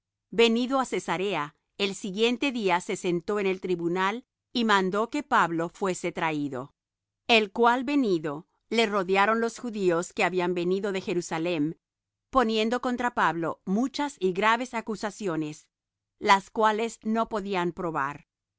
venido á cesarea el siguiente día se sentó en el tribunal y mandó que pablo fuese traído el cual venido le rodearon los judíos que habían venido de jerusalem poniendo contra pablo muchas y graves acusaciones las cuales no podían probar